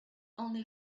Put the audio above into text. only